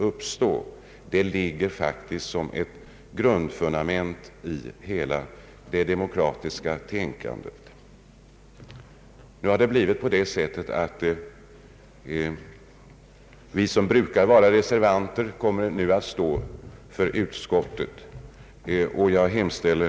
Detta ligger faktiskt som ett grundfundament i hela det demokratiska tänkandet. Jag hemställer, herr talman, om bifall till utskottets hemställan.